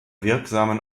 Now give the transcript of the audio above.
wirksamen